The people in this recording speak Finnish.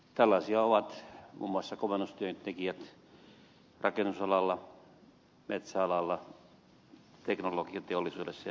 tällaisia ovat muun muassa komennustyöntekijät rakennusalalla metsäalalla teknologiateollisuudessa ja niin edelleen